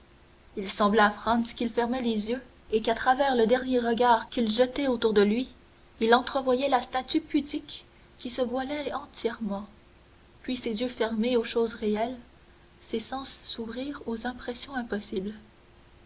il sembla à franz qu'il fermait les yeux et qu'à travers le dernier regard qu'il jetait autour de lui il entrevoyait la statue pudique qui se voilait entièrement puis ses yeux fermés aux choses réelles ses sens s'ouvrirent aux impressions impossibles